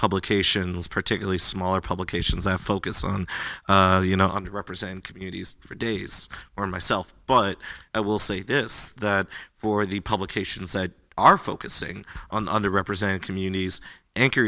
publications particularly smaller publications i focus on you know on to represent communities for days for myself but i will say this that for the publications that are focusing on the represent communities an